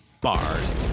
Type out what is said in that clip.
Bars